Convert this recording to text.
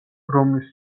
რომლის